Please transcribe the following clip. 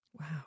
Wow